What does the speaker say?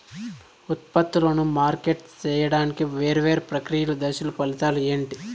ఉత్పత్తులను మార్కెట్ సేయడానికి వేరువేరు ప్రక్రియలు దశలు ఫలితాలు ఏంటి?